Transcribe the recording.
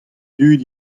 dud